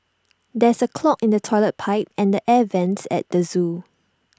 there is A clog in the Toilet Pipe and the air Vents at the Zoo